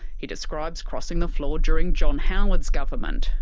he describes crossing the floor during john howard's government,